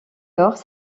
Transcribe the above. lors